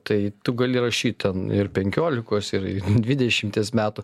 tai tu gali rašyt ten ir penkiolikos ir dvidešimties metų